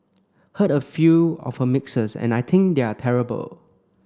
heard a few of her mixes and I think they are terrible